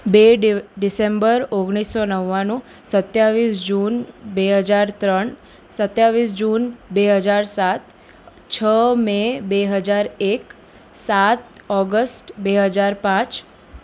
બે ડિસેમ્બર ઓગણીસસો નવ્વાણું સત્યાવીસ જૂન બે હજાર ત્રણ સત્યાવીસ જુન બે હજાર સાત છ મે બે હજાર એક સાત ઓગસ્ટ બે હજાર પાંચ